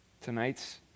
tonight's